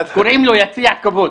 קוראים לו יציע הכבוד.